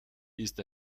ist